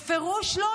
בפירוש לא.